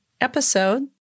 episode